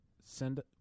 send